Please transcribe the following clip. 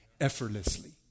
effortlessly